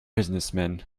businessmen